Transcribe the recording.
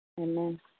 Amen